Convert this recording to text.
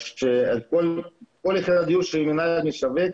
כל הליכי הדיור שהמינהל משווק,